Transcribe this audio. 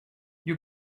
you